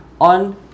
on